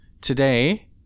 today